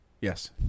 Yes